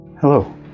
Hello